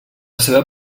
seva